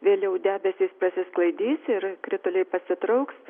vėliau debesys prasisklaidys ir krituliai pasitrauks